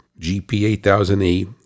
GP8000E